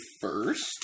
first